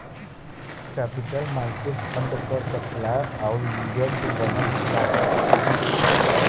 capital market fund क supplier आउर user से बनल होला